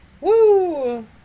Woo